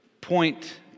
point